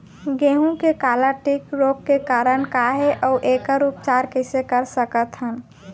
गेहूँ के काला टिक रोग के कारण का हे अऊ एखर उपचार कइसे कर सकत हन?